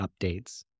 updates